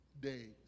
days